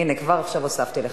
הנה, כבר עכשיו הוספתי לך.